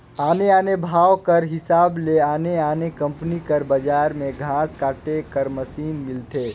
आने आने भाव कर हिसाब ले आने आने कंपनी कर बजार में घांस काटे कर मसीन मिलथे